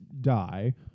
die